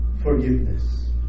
forgiveness